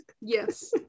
Yes